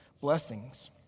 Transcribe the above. blessings